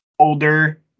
Older